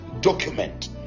document